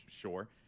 sure